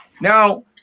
Now